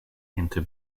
into